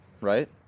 right